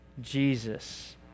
Jesus